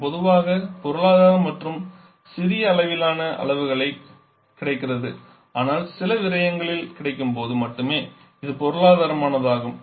இது பொதுவாக பொருளாதார மற்றும் பெரிய அளவிலான அளவுகளில் கிடைக்கிறது ஆனால் சில விரயங்கள் கிடைக்கும்போது மட்டுமே இது பொருளாதாரமானதாகும்